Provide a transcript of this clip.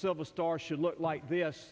silver star should look like the us